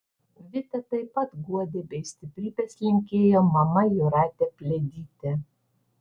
vitą taip pat guodė bei stiprybės linkėjo mama jūratė pliadytė